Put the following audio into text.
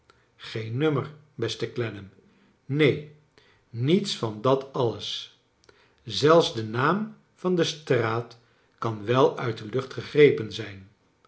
geen nummer beste clennam neen niets van dat alles zelfs de naam van de straat kan wel uit de lucht gegrepen zijn